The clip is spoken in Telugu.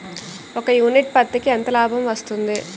ఒక యూనిట్ పత్తికి ఎంత లాభం వస్తుంది?